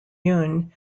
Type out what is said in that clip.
yun